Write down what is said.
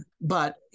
but-